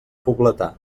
pobletà